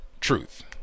truth